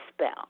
spell